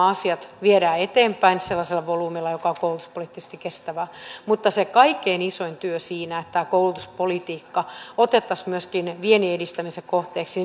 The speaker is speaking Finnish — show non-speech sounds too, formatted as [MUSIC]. [UNINTELLIGIBLE] asiat viedään eteenpäin sellaisella volyymillä joka on koulutuspoliittisesti kestävä mutta se kaikkein isoin työ on siinä että tämä koulutuspolitiikka otettaisiin myöskin viennin edistämisen kohteeksi [UNINTELLIGIBLE]